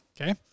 Okay